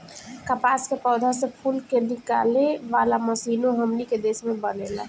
कपास के पौधा से फूल के निकाले वाला मशीनों हमनी के देश में बनेला